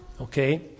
Okay